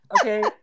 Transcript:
okay